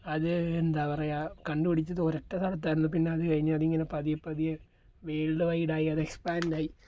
അത് എന്താ പറയുക കണ്ടുപിടിച്ചത് ഒരൊറ്റ സ്ഥലത്തായിരുന്നു പിന്നെ അതു കഴിഞ്ഞ് അതിങ്ങനെ പതിയെ പതിയെ വേൾഡ് വൈഡായി അത് എക്സ്പാൻ്റായി